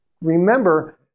remember